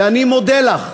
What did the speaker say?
ואני מודה לך.